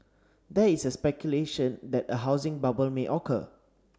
there is speculation that a housing bubble may occur